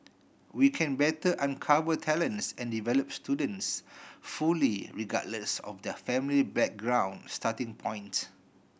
we can better uncover talents and develop students fully regardless of their family background starting point